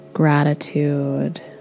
Gratitude